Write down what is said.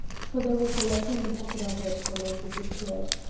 for there was a letter in the pocket of it when it disappeared.